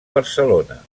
barcelona